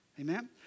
Amen